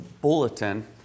bulletin